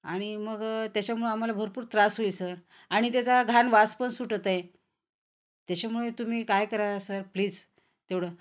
आणि मग त्याच्यामुळं आम्हाला भरपूर त्रास होई सर आणि त्याचा घाण वासपण सुटत आहे त्याच्यामुळे तुम्ही काय करा सर प्लीज तेवढं